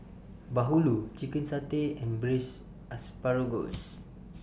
Bahulu Chicken Satay and Braised Asparagus